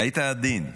היית עדין.